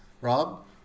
Rob